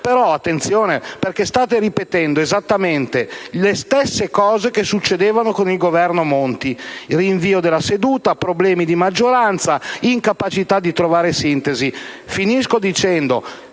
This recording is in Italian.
male. Attenzione, perché state ripetendo le stesse cose che succedevano con il Governo Monti: rinvio della seduta, problemi di maggioranza, incapacità di trovare sintesi. Finisco chiedendovi: